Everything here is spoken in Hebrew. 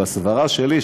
בסברה שלי,